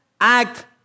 act